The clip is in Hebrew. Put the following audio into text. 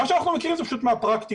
מה שאנחנו מכירים זה פשוט מהפרקטיקה,